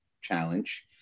challenge